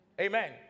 Amen